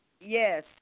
Yes